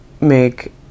make